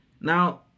Now